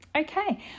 Okay